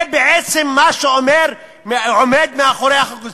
זה בעצם מה שעומד מאחורי החוק הזה.